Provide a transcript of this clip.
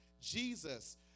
Jesus